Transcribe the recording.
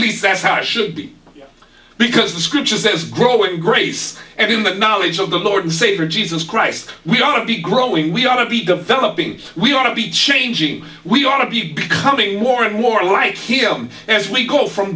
least that's how it should be because the scripture says growing grace and in the knowledge of the lord and savior jesus christ we ought to be growing we ought to be developing we ought to be changing we ought to be becoming more and more like him as we go from